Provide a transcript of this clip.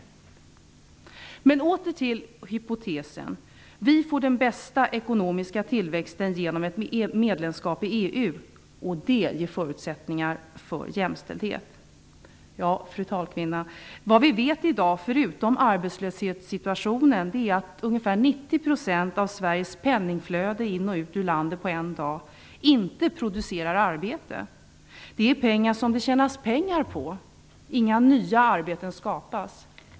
Jag skall återgå till hypotesen om att vi får den bästa ekonomiska tillväxten genom ett medlemskap i EU och att det ger förutsättningar för jämställdhet. Fru talman! Vad vi känner till i dag, förutom arbetslöshetssituationen, är att ungefär 90 % av Sveriges penningflöde in och ut ur landet på en dag inte producerar arbeten. Det är pengar som det tjänas pengar på. Inga nya arbeten skapas.